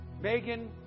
Megan